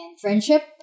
friendship